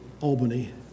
Albany